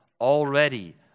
already